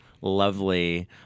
lovely